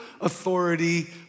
authority